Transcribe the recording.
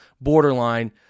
borderline